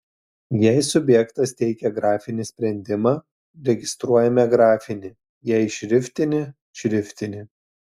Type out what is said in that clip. jei subjektas teikia grafinį sprendimą registruojame grafinį jei šriftinį šriftinį